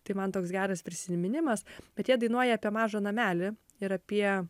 tai man toks geras prisiminimas bet jie dainuoja apie mažą namelį ir apie